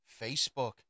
Facebook